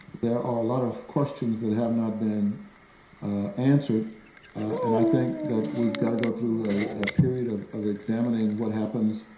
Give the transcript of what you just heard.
there are a lot of questions that have not been answered and i think that we have got to go through a period of of examining what happens